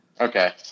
Okay